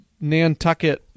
nantucket